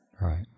Right